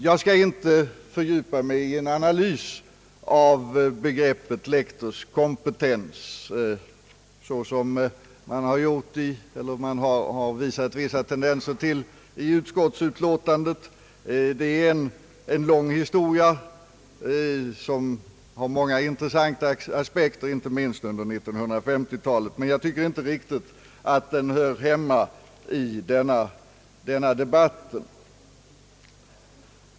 Jag skall inte fördjupa mig i en analys av begreppet lektorskompetens, vilket man har visat vissa tendenser till i utskottets utlåtande. Det är en lång historia som har många intressanta aspekter, inte minst under 1950-talet. Men jag tycker inte att den hör hemma i denna debatt.